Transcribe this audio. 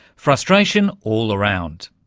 frustration all around.